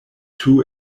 two